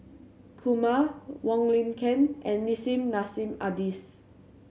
Kumar Wong Lin Ken and Nissim Nassim Adis